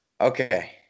okay